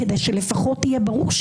כדי שלפחות יהיה ברור ,